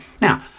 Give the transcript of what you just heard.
Now